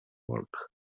work